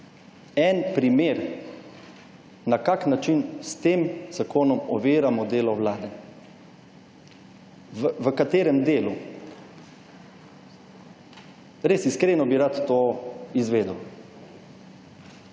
en primer, na kak način s tem zakonom oviramo delo Vlade? V katerem delu? Res, iskreno bi rad to izvedel.